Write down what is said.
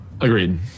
agreed